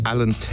Alan